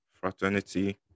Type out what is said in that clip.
fraternity